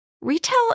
retail